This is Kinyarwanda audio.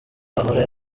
uhora